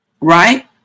right